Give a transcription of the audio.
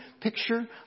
picture